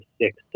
six